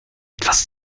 etwas